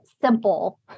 simple